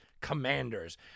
commanders